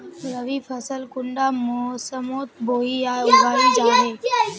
रवि फसल कुंडा मोसमोत बोई या उगाहा जाहा?